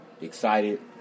Excited